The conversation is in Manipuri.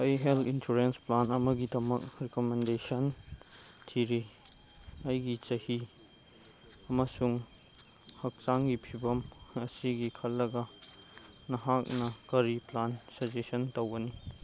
ꯑꯩ ꯍꯦꯜ ꯏꯟꯁꯨꯔꯦꯟꯁ ꯄ꯭ꯂꯥꯟ ꯑꯃꯒꯤꯗꯃꯛ ꯔꯤꯀꯃꯦꯟꯗꯦꯁꯟꯁꯤꯡ ꯊꯤꯔꯤ ꯑꯩꯒꯤ ꯆꯍꯤ ꯑꯃꯁꯨꯡ ꯍꯛꯆꯥꯡꯒꯤ ꯐꯤꯚꯝ ꯑꯁꯤꯒꯤ ꯈꯜꯂꯒ ꯅꯍꯥꯛꯅ ꯀꯔꯤ ꯄ꯭ꯂꯥꯟ ꯁꯖꯦꯁ ꯇꯧꯒꯅꯤ